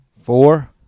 Four